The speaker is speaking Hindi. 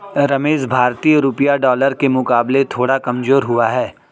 रमेश भारतीय रुपया डॉलर के मुकाबले थोड़ा कमजोर हुआ है